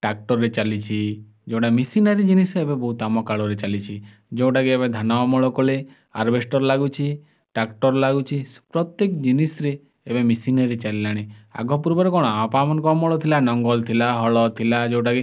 ଟାକ୍ଟର୍ରେ ଚାଲିଛି ଯେଉଁଟା ମେଶିନାରୀ ଜିନିଷ ଏବେ ବହୁତ ଆମ କାଳରେ ଚାଲିଛି ଯେଉଁଟାକି ଏବେ ଧାନ ଅମଳ କଲେ ହାର୍ବେଷ୍ଟର୍ ଲାଗୁଛି ଟାକ୍ଟର୍ ଲାଗୁଛି ପ୍ରତ୍ୟେକ ଜିନିଷରେ ଏବେ ମେଶିନାରୀ ଚାଲିଲାଣି ଆଗ ପୂର୍ବରେ କ'ଣ ବାପାମାନଙ୍କ ଅମଳ ଥିଲା ଲଙ୍ଗଳ ଥିଲା ହଳ ଥିଲା ଯେଉଁଟାକି